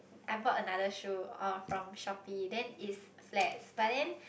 I bought another shoe oh from Shopee then it's flats but then